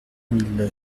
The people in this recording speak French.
mille